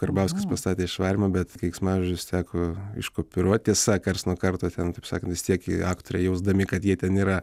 karbauskis pastatė išvarymą bet keiksmažodžius teko iškopiruot tiesa karts nuo karto ten taip sakant vis tiek jie aktoriai jausdami kad jie ten yra